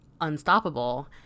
unstoppable